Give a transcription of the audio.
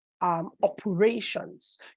Operations